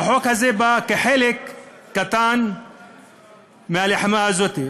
והחוק הזה בא כחלק קטן מהלחימה הזאת.